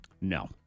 No